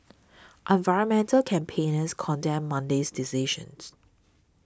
environmental campaigners condemned Monday's decisions